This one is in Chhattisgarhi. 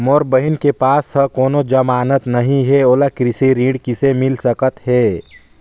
मोर बहिन के पास ह कोनो जमानत नहीं हे, ओला कृषि ऋण किसे मिल सकत हे?